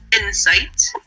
Insight